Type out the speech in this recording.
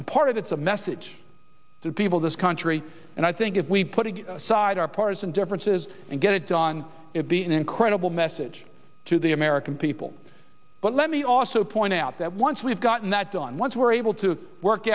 and part of it's a message to people this country and i think if we put aside our partisan differences and get it done it be an incredible message to the american people but let me also point out that once we've gotten that done once we're able to work